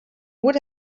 would